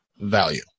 value